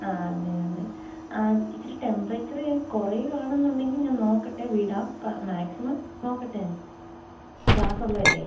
ആ അതെ അതെ ആ ഇത്തിരി ടെംപറേച്ചർ കുറയുവാണെന്ന് ഉണ്ടെങ്കിൽ ഞാൻ നോക്കട്ടെ വിടാം ഇപ്പോൾ മാക്സിമം നോക്കട്ടെ ക്ലാസ്സ് ഉള്ളതല്ലേ